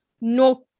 no